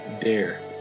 Dare